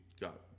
got